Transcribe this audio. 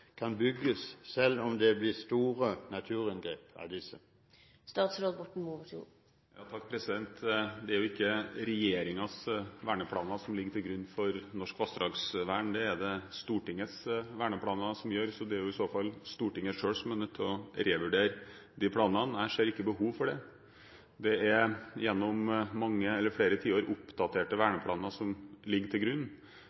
kan bygges selv om det blir store naturinngrep av disse? Det er ikke regjeringens verneplaner som ligger til grunn for norsk vassdragsvern, det er det Stortingets verneplaner som gjør. Så det er i så fall Stortinget selv som må revurdere disse planene. Jeg ser ikke behovet for det. Det har gjennom flere tiår vært oppdaterte